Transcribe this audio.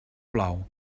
plou